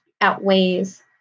outweighs